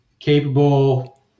capable